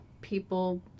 people